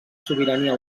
sobirania